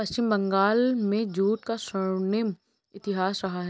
पश्चिम बंगाल में जूट का स्वर्णिम इतिहास रहा है